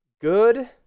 good